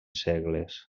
segles